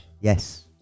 Yes